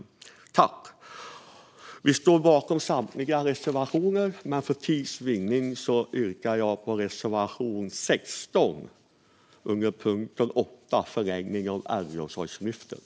Socialdemokraterna står bakom samtliga reservationer, men för tids vinning yrkar jag endast bifall till reservation 16 under punkt 8, Förlängning av Äldreomsorgslyftet.